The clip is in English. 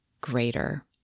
greater